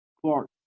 Clark